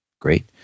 great